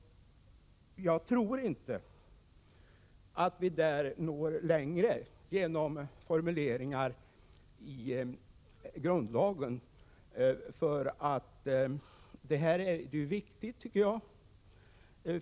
Jag tror inte att vi på denna punkt kan nå längre genom ändrade formuleringar i grundlagen.